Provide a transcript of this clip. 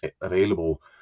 available